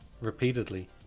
repeatedly